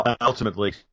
Ultimately